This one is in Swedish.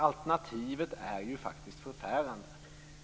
Alternativet är faktiskt förfärande.